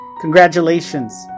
Congratulations